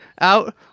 out